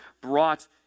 brought